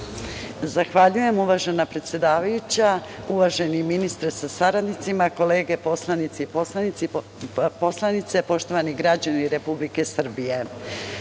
Zahvaljujem. Uvažena predsedavajuća, uvaženi ministre sa saradnicima kolege poslanici i poslanice, poštovani građani Republike Srbije,